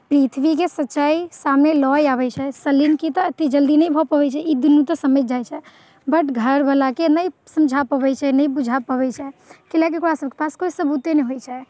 पृथ्वीके सच्चाइ सामने लऽए अबैत छै सलिनके तऽ एतेक जल्दी तऽ नहि भऽ पबैत छै ई दुनू तऽ समझि जाइत छै बट घरवलाकेँ नहि समझा पबैत छै नहि बुझा पबैत छै कै ला कि ओकरासभके पास कोइ सबूते नहि होइत छै